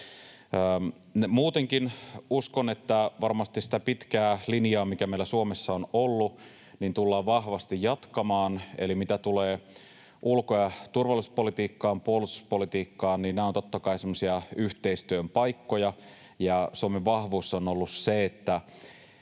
Muutenkin uskon, että varmasti sitä pitkää linjaa, mikä meillä Suomessa on ollut, tullaan vahvasti jatkamaan, eli mitä tulee ulko- ja turvallisuuspolitiikkaan ja puolustuspolitiikkaan, niin nämä ovat, totta kai, semmoisia yhteistyön paikkoja. Suomen vahvuus on ollut se,